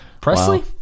Presley